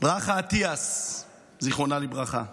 ברכה אטיאס, זיכרונה לברכה,